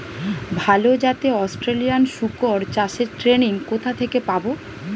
ভালো জাতে অস্ট্রেলিয়ান শুকর চাষের ট্রেনিং কোথা থেকে পাব?